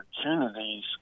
opportunities